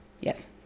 Yes